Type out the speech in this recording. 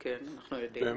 אנחנו יודעים,